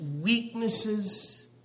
weaknesses